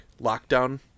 lockdown